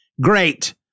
Great